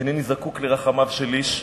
אינני זקוק לרחמיו של איש.